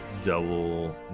double